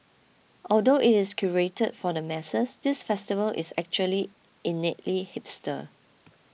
although it is curated for the masses this festival is actually innately hipster